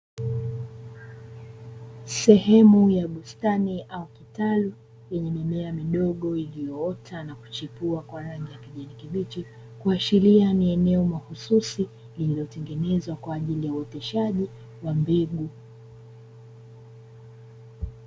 Sehemu ya bustani au kitalu yenye mimea midogo iliyoota na kuchipua kwa rangi ya kijani kibichi, kuashira ni eneo mahususi lililotengenezwa kwa ajili ya uoteshaji wa mbegu.